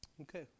Okay